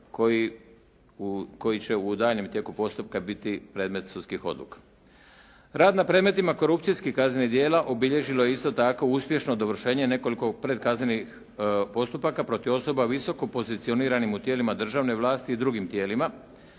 koji će u daljnjem tijeku postupka biti predmet sudskih odluka. Rad na predmetima korupcijskih kaznenih djela obilježilo je isto tako uspješno dovršenje nekoliko predkaznenih postupaka protiv osoba visoko pozicioniranim u tijelima državne vlasti i drugim tijelima.